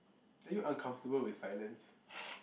are you uncomfortable with silence